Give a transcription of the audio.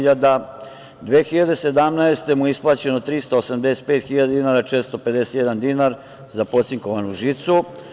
Godine 2017. mu je isplaćeno 385.451 dinar za pocinkovanu žicu.